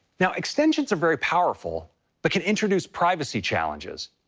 now extensions are very powerful but can introduce privacy challenges.